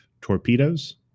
torpedoes